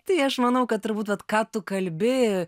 tai aš manau kad turbūt vat ką tu kalbi